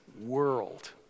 world